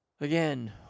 Again